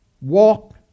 walk